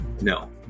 No